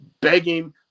begging